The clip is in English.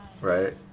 right